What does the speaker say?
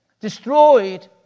destroyed